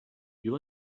you